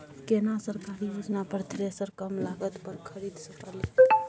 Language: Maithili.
केना सरकारी योजना पर थ्रेसर कम लागत पर खरीद सकलिए?